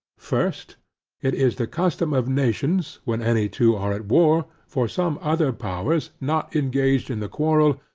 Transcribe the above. first it is the custom of nations, when any two are at war, for some other powers, not engaged in the quarrel,